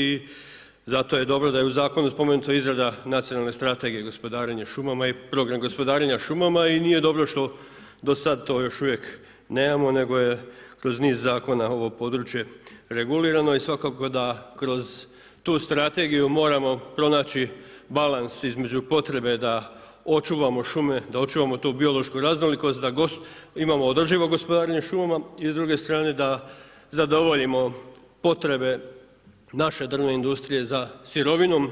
I zato je dobro da je u Zakonu spomenuta izrada Nacionalne strategije gospodarenje šumama i program gospodarenja šumama i nije dobro što do sada to još uvijek nemamo nego je kroz niz zakona ovo područje regulirano i svakako da kroz tu strategiju moramo pronaći balans između potrebe da očuvamo šume, da očuvamo tu biološku raznolikost, da imamo održivo gospodarenje šumama i s druge strane da zadovoljimo potrebe naše drvne industrije za sirovinom